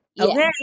Okay